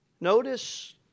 Notice